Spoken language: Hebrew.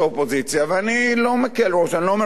ואני לא מקל ראש, אני לא אומר את זה בציניות.